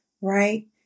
right